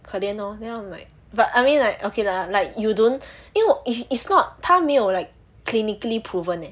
可怜 hor then I'm like but I mean like okay lah like you don't 因为我 is is not 他没有 like clinically proven leh